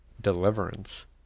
deliverance